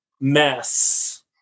mess